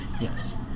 yes